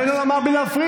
תן לו לומר בלי להפריע.